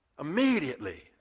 immediately